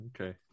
Okay